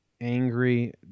angry